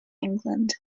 england